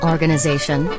Organization